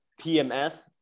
PMS